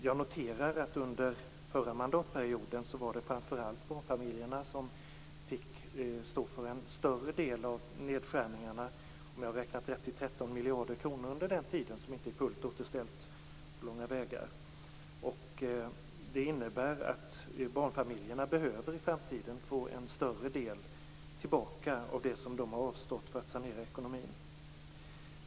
Jag noterar att under förra mandatperioden var det framför allt barnfamiljerna som fick stå för en större del av nedskärningarna. Om jag räknat rätt rör det sig om 13 miljarder kronor under den tiden som inte på långa vägar är fullt återställt. Det innebär att barnfamiljerna i framtiden behöver få en större del tillbaka av det som de har avstått för att sanera ekonomin.